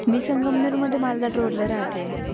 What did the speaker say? मी संगमनेरमध्ये मालदाट रोडला राहते